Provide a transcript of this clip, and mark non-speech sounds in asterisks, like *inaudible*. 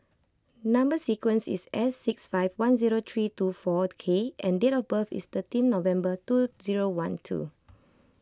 Number Sequence is S six five one zero three two four K and date of birth is thirteen November two zero one two *noise*